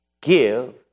give